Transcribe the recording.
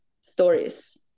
stories